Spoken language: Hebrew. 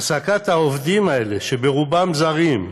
העסקת העובדים האלה, שרובם זרים,